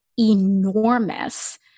enormous